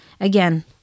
again